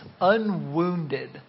Unwounded